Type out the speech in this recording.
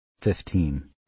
Fifteen